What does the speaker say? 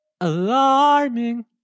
alarming